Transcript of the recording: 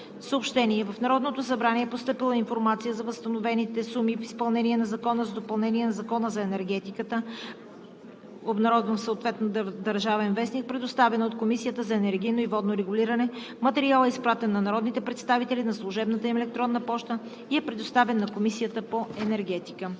В Народното събрание е постъпила информация за възстановените суми в изпълнение на Закона за допълнение на Закона за енергетиката (обн. ДВ, бр. …), предоставена от Комисията за енергийно и водно регулиране. Материалът е изпратен на народните представители на служебната им електронна поща и е предоставен на Комисията по енергетика.